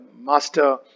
master